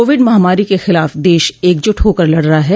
Covid महामारी के खिलाफ देश एकजुट होकर लड़ रहा है